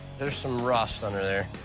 there's some rust under there.